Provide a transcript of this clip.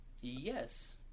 Yes